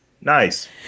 Nice